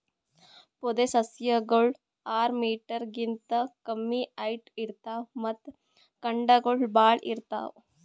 ಪೊದೆಸಸ್ಯಗೋಳು ಆರ್ ಮೀಟರ್ ಗಿಂತಾ ಕಮ್ಮಿ ಹೈಟ್ ಇರ್ತವ್ ಮತ್ತ್ ಕಾಂಡಗೊಳ್ ಭಾಳ್ ಇರ್ತವ್